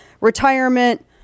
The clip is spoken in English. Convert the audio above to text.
retirement